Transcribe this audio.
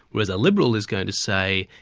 whereas a liberal is going to say,